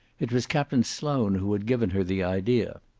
it was captain sloane who had given her the idea.